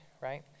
right